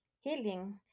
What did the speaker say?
healing